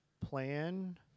plan